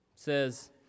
Says